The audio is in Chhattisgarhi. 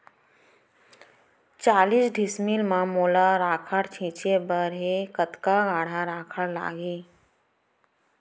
चालीस डिसमिल म मोला राखड़ छिंचे बर हे कतका काठा राखड़ लागही?